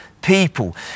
people